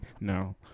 No